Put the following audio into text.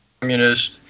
communist